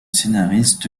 scénariste